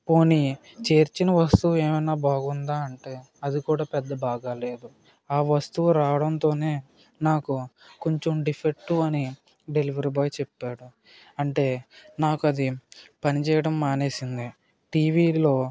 పోనీ చేర్చిన వస్తువు ఏమైనా బాగుందా అంటే అది కూడా పెద్ద బాగాలేదు ఆ వస్తువు రావడంతోనే నాకు కొంచం ఢిఫెక్ట్ అని డెలివరీ బాయ్ చెప్పాడు అంటే నాకది పని చేయటం మానేసింది టీవీల్లో